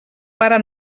pare